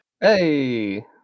Hey